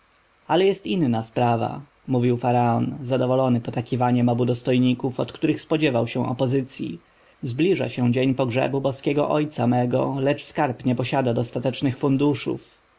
ale jest inna sprawa mówił faraon zadowolony potakiwaniem dwu dostojników od których spodziewał się opozycji zbliża się dzień pogrzebu boskiego ojca mego lecz skarb nie posiada dostatecznych funduszów